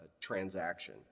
transaction